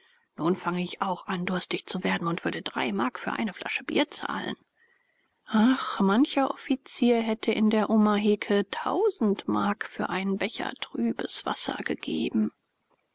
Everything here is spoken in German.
nun fange ich auch an durstig zu werden und würde drei mark für eine flasche bier zahlen ach mancher offizier hätte in der omaheke tausend mark für einen becher trübes wasser gegeben